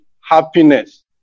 happiness